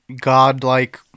godlike